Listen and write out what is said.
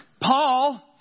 Paul